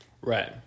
Right